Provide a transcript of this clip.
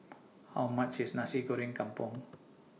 How much IS Nasi Goreng Kampung